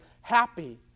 happy